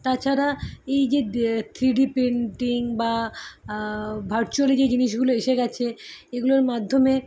তাছাড়া এই যে থ্রি ডি পেন্টিং বা ভার্চুয়ালি যেই জিনিসগুলো এসে গিয়েছে এগুলোর মাধ্যমে